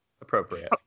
appropriate